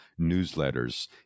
newsletters